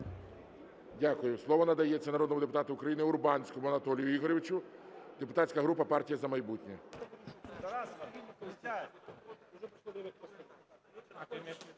Дякую. Слово надається народному депутату України Урбанському Анатолію Ігоровичу, депутатська група "Партія "За майбутнє".